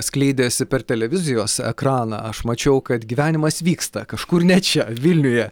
skleidėsi per televizijos ekraną aš mačiau kad gyvenimas vyksta kažkur ne čia vilniuje